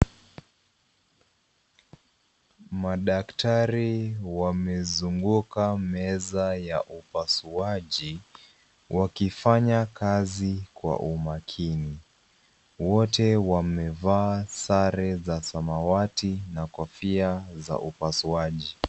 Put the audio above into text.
Madaktari wamezunguka meza ya upasuaji wakifanya kazi kwa umakini. Wote wamevaa sare za samawati na kofia za upasuaji.